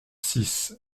six